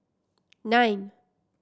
nine